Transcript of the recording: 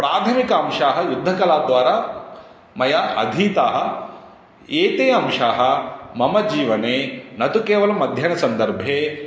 प्राथमिक अंशाः युद्धकलाद्वारा मया अधीताः एते अंशाः मम जीवने न तु केवलम् अध्ययनसन्दर्भे